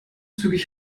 zügig